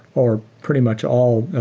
or pretty much all,